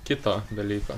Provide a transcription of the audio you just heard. kito dalyko